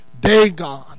Dagon